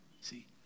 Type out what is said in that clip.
See